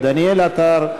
דניאל עטר,